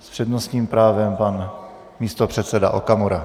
S přednostním právem pan místopředseda Okamura.